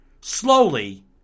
Slowly